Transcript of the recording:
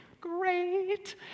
great